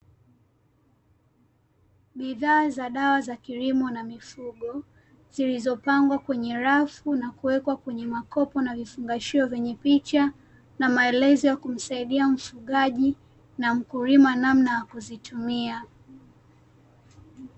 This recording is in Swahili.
Bidhaa za dawa za kilimo na mifugo zilizopangwa kwenye rafu na kuwekwa kwenye makopo na vifungashio vyenye picha na maelezo ya kumsaidia mfugaji na mkulima namna ya kuzitumia.